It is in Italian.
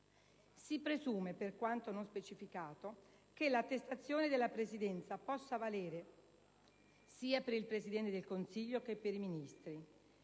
Si presume, per quanto non specificato, che l'attestazione della Presidenza possa valere sia per il Presidente del Consiglio che per i Ministri.